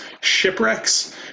shipwrecks